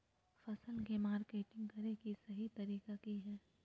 फसल के मार्केटिंग करें कि सही तरीका की हय?